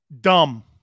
Dumb